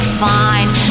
fine